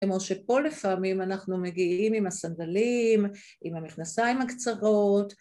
כמו שפה לפעמים אנחנו מגיעים עם הסנדלים, עם המכנסיים הקצרות